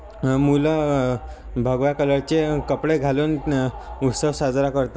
मुलं भगवा कलरचे कपडे घालून उत्सव साजरा करतात